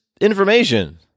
information